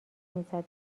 میزدن